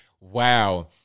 Wow